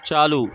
چالو